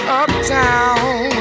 uptown